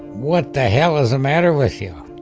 what the hell is the matter with you?